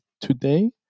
today